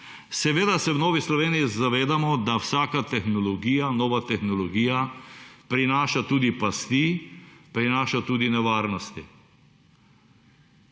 Seveda se v Novi Sloveniji zavedamo, da vsaka tehnologija, nova tehnologija prinaša tudi pasti, prinaša tudi nevarnosti.